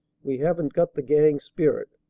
we haven't got the gang spirit.